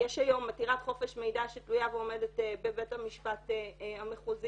יש היום עתירת חופש מידע שתלויה ועומדת בבית המשפט המחוזי,